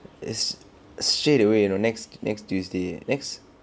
is straight away you know next next tuesday next